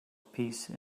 peace